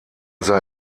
sei